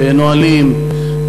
נהלים,